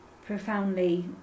Profoundly